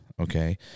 Okay